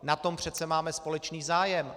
Na tom přece máme společný zájem.